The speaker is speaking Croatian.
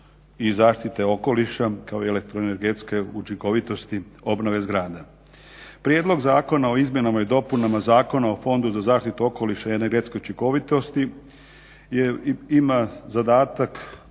i zaštite okoliša kao i elektroenergetske učinkovitosti obnove zgrada. Prijedlog Zakona o izmjenama i dopunama Zakona o Fondu za zaštitu okoliša i energetske učinkovitosti ima zadatak